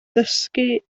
ddysgu